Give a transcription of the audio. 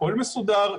הכול מסודר,